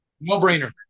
No-brainer